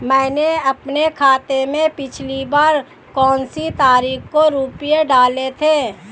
मैंने अपने खाते में पिछली बार कौनसी तारीख को रुपये डाले थे?